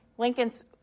Lincoln's